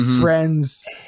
friends